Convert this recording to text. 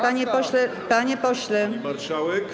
Panie pośle, panie pośle... Pani Marszałek!